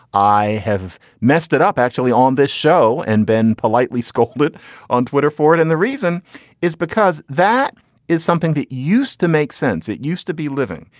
i have messed it up actually on this show and been politely scolded on twitter for it and the reason is because that is something that used to make sense it used to be living.